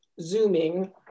Zooming